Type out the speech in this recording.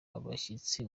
abashyitsi